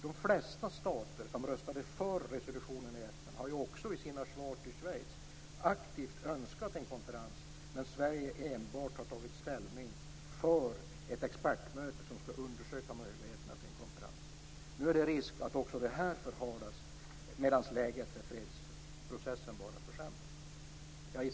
De flesta stater som röstade för resolutionen i FN har också i sina svar till Schweiz aktivt önskat en konferens, medan Sverige enbart har tagit ställning för ett expertmöte som skall undersöka möjligheterna till en konferens. Nu är det risk att också det här förhalas, medan läget för fredsprocessen bara försämras.